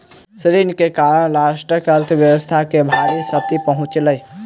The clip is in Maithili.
ऋण के कारण राष्ट्रक अर्थव्यवस्था के भारी क्षति पहुँचलै